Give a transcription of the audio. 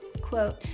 quote